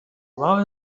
love